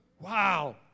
Wow